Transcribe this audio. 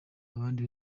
abandi